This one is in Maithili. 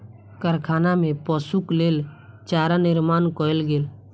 कारखाना में पशुक लेल चारा निर्माण कयल गेल